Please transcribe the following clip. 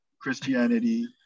Christianity